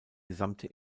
gesamte